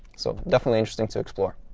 so definitely interesting to explore.